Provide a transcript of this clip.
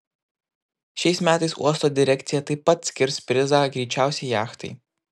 šiais metais uosto direkcija taip pat skirs prizą greičiausiai jachtai